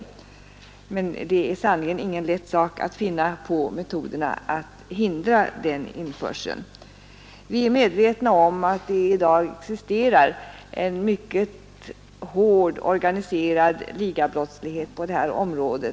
Men det är sannerligen ingen lätt sak att finna på metoderna att hindra den införseln. Vi är medvetna om att vi i dag möter en mycket hårt organiserad ligabrottslighet på detta område.